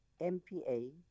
MPA